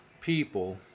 people